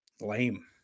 lame